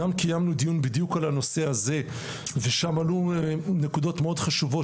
גם קיימנו דיון בדיוק על הנושא הזה ושם עלו נקודות מאוד חשובות